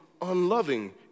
unloving